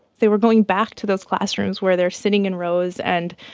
they were going back to those classrooms where they're sitting in rows and,